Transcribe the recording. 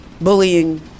bullying